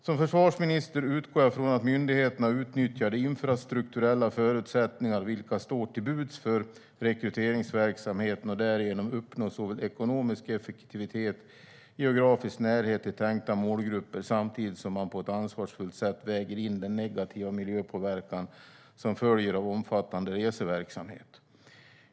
Som försvarsminister utgår jag från att myndigheterna utnyttjar de infrastrukturella förutsättningar som står till buds för rekryteringsverksamheten och därigenom uppnår såväl ekonomisk effektivitet som geografisk närhet till tänkta målgrupper samtidigt som man på ett ansvarsfullt sätt väger in den negativa miljöpåverkan som följer av omfattande reseverksamhet.